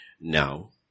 Now